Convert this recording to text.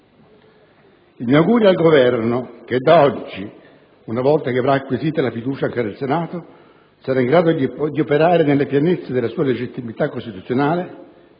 Il mio augurio al Governo, che da oggi, una volta che avrà acquisito la fiducia anche del Senato, sarà in grado di operare nella pienezza della sua legittimità costituzionale,